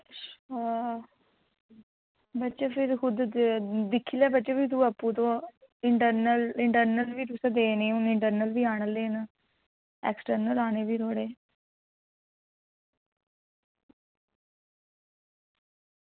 बच्चे फिर खुद दिक्खी लै बच्चे तूं आपूं इंटरनल बी तुसें देने न हून इंटरनल बी आने आह्ले न ऐक्सटरनल आने फ्ही थुआढ़े